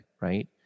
right